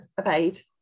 obeyed